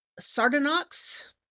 Sardanox